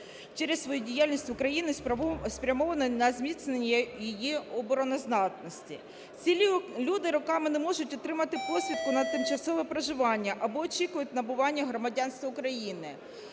через свою діяльність в Україні, спрямовану на зміцнення її обороноздатності. Ці люди роками не можуть отримати посвідку на тимчасове проживання або очікують набування громадянства України.